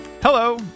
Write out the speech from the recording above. Hello